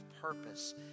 purpose